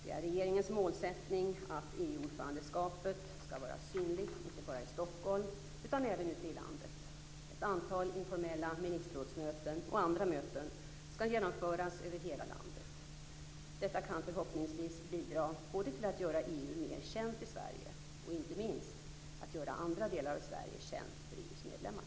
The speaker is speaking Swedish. Det är regeringens målsättning att EU ordförandeskapet skall vara synligt inte bara i Stockholm utan även ute i landet. Ett antal informella ministerrådsmöten och andra möten skall genomföras över hela landet. Detta kan förhoppningsvis bidra både till att göra EU mer känt i Sverige och, inte minst, till att göra andra delar av Sverige känt för